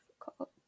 difficult